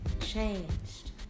changed